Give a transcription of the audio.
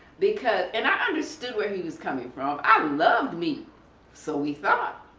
because, and i understood where he was coming from, i loved meat so he thought,